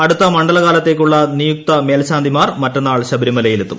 അടുത്ത മണ്ഡലകാലത്തേക്കുള്ള നിയുക്ത മേൽശാന്തിമാർ മറ്റന്നാൾ ശബരിമലയിലെത്തും